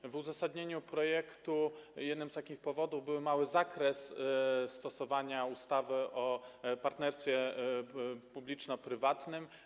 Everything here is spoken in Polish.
Zgodnie z uzasadnieniem projektu ustawy jednym z takich powodów był mały zakres stosowania ustawy o partnerstwie publiczno-prywatnym.